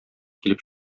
килеп